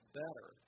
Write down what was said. better